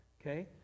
okay